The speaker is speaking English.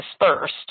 first